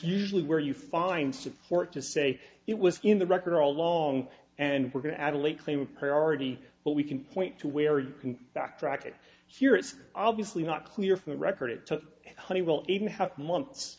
usually where you find support to say it was in the record all along and we're going to add a late claim a priority but we can point to where you can backtrack it here it's obviously not clear from the record it took honeywell even half months